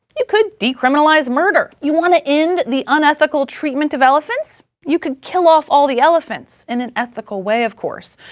you could decriminalize murder. you want to end the unethical treatment of elephants? you could kill off all the elephants, in an ethical way of course.